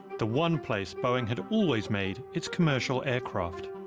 the one place boeing had always made its commercial aircraft.